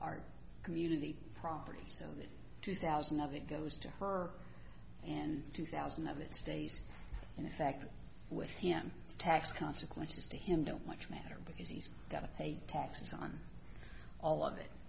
are community property so two thousand of it goes to her and two thousand of it stays in effect with him tax consequences to him don't much matter because he's got to pay taxes on all of it